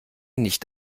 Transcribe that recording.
nicht